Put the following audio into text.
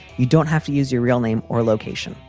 you don't have to use your real name or location.